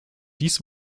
dies